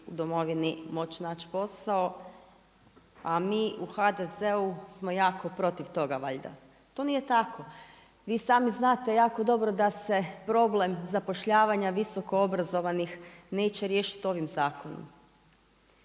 u domovini moći naći posao, a mi u HDZ-u smo jako protiv toga valjda. To nije tako. Vi sami znate, jako dobro, da se problem zapošljavanja visoko obrazovanih neće riješiti ovim zakonom.